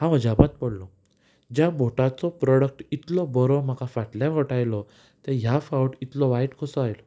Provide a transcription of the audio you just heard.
हांव अजापांत पडलो ज्या बोटाचो प्रोडक्ट इतलो बरो म्हाका फाटल्या फावट आयलो तो ह्या फावट इतलो वायट कसो आयलो